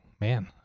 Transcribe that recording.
man